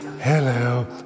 Hello